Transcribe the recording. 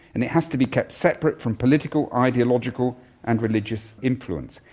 and it has to be kept separate from political, ideological and religious influence.